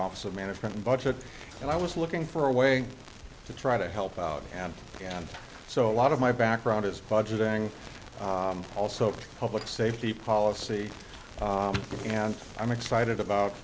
office of management and budget and i was looking for a way to try to help out and so a lot of my background is budgeting also public safety policy and i'm excited about